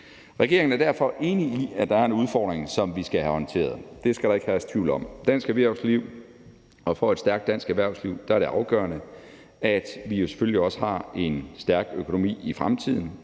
Regeringen er derfor enig i, at der er en udfordring, som vi skal have håndteret; det skal der ikke herske tvivl om. For et stærkt dansk erhvervsliv er det afgørende, at vi selvfølgelig også har en stærk økonomi i fremtiden.